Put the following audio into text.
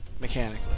Mechanically